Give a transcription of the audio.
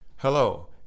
Hello